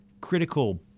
Critical